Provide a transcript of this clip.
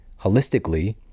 holistically